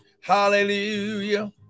hallelujah